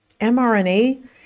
mRNA